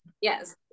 yes